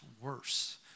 worse